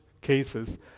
cases